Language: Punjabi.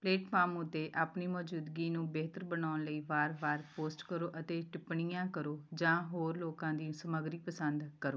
ਪਲੇਟਫਾਰਮ ਉੱਤੇ ਆਪਣੀ ਮੌਜੂਦਗੀ ਨੂੰ ਬਿਹਤਰ ਬਣਾਉਣ ਲਈ ਵਾਰ ਵਾਰ ਪੋਸਟ ਕਰੋ ਅਤੇ ਟਿੱਪਣੀਆਂ ਕਰੋ ਜਾਂ ਹੋਰ ਲੋਕਾਂ ਦੀ ਸਮੱਗਰੀ ਪਸੰਦ ਕਰੋ